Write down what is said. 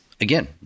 again